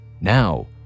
Now